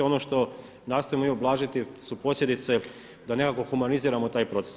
Ono što nastojimo mi ublažiti su posljedice da nekako humaniziramo taj proces.